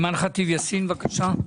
בבקשה.